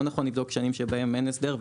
לא נכון לבדוק שנים שבהן אין הסדר.